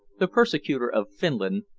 the persecutor of finland,